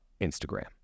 Instagram